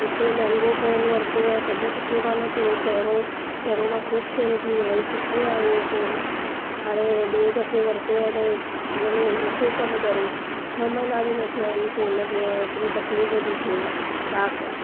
एतिरो महांगो फ़ोन वरितो आहे त बि सुठो कान थियो पहिरों पहिरों मां ख़ुशि थियमि कि हल सुठो आहे इहो फ़ोन हाणे ॿिए दफ़े वरितो आहे त हुन में नथो कमु करे छ्ह महीना बि न थया आहिनि फ़ोन खे एतिरी तकलीफ़ थी थिए छा कयां